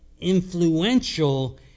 influential